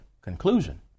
conclusion